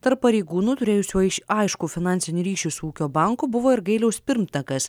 tarp pareigūnų turėjusių aiš aiškų finansinių ryšių su ūkio banku buvo ir gailiaus pirmtakas